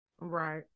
Right